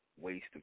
waste